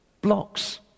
blocks